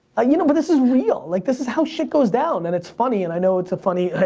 ah you know but this is real. like this is how shit goes down and it's funny and i know it's a funny